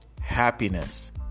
Happiness